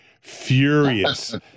furious